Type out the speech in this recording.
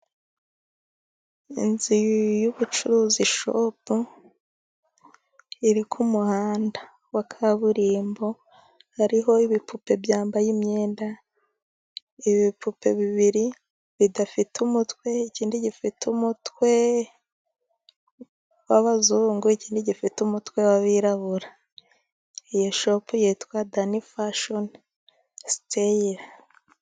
Inzu y'ubucuruzi shopu iri ku ku muhanda wa kaburimbo, hariho ibipupe byambaye imyenda, ibipupe bibiri bidafite umutwe, ikindi gifite umutwe wabazungu, ikindi gifite umutwe w'abirabura. Iyi shopu yitwa Dani fashoni steyira.